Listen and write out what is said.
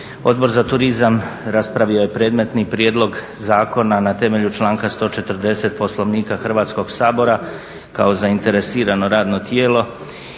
Odbor za turizam raspravio je predmetni prijedlog zakona na temelju članka 140. Poslovnika Hrvatskog sabora kao zainteresirano radno tijelo